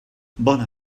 bona